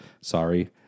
Sorry